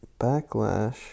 backlash